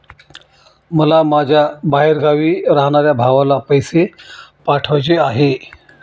मला माझ्या बाहेरगावी राहणाऱ्या भावाला पैसे पाठवायचे आहे